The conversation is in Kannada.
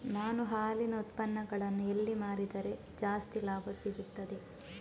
ನಾನು ಹಾಲಿನ ಉತ್ಪನ್ನಗಳನ್ನು ಎಲ್ಲಿ ಮಾರಿದರೆ ಜಾಸ್ತಿ ಲಾಭ ಸಿಗುತ್ತದೆ?